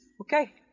Okay